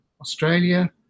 Australia